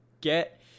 get